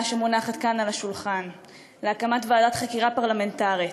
שמונחת כאן על השולחן להקמת ועדת חקירה פרלמנטרית,